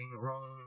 wrong